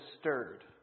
stirred